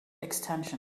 extension